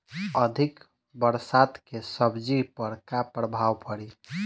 अधिक बरसात के सब्जी पर का प्रभाव पड़ी?